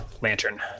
lantern